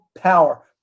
power